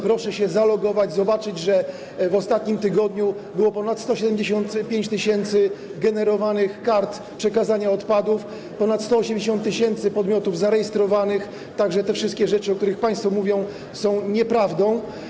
Proszę się zalogować, zobaczyć, że w ostatnim tygodniu było ponad 175 tys. generowanych kart przekazania odpadów, ponad 180 tys. podmiotów zarejestrowanych, tak że te wszystkie rzeczy, o których państwo mówią, są nieprawdą.